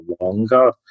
longer